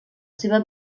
seva